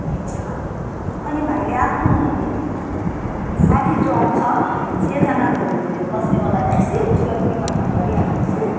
हुन्छ अनि भाइले आफ्नो साथी जो आउँछ छजना बस्ने वाला ट्याक्सी उसलाई पनि कन्फर्म गरिहाल्नु होस् है